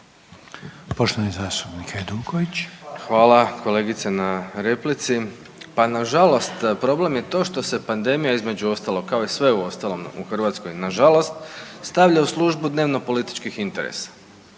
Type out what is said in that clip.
(Nezavisni)** Hvala kolegice na replici. Pa nažalost problem je to što se pandemija između ostalog kao i sve uostalom u Hrvatskoj nažalost stavlja u službu dnevno političkih interesa,